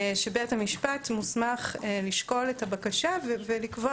שבית המשפט מוסמך לשקול את הבקשה ולקבוע